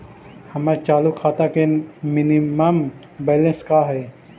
हमर चालू खाता के मिनिमम बैलेंस का हई?